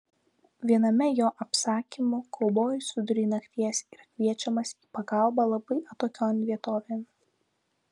viename jo apsakymų kaubojus vidury nakties yra kviečiamas į pagalbą labai atokion vietovėn